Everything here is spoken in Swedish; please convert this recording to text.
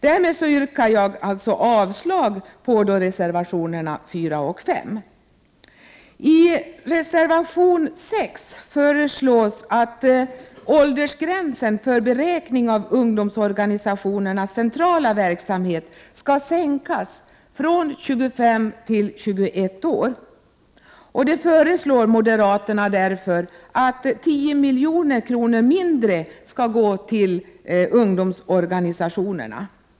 Därmed yrkar jag avslag på reservationerna 4 och 5. I reservation 6 föreslås att åldersgränsen för beräkning av ungdomsorganisationernas centrala verksamhet skall sänkas från 25 till 21 år. Moderaterna föreslår det därför att 10 miljoner mindre skall gå till ungdomsorganisationerna.